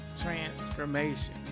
Transformation